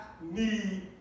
need